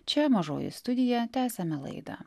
čia mažoji studija tęsiame laidą